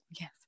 yes